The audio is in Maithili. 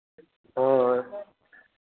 हँ